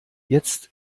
jetzt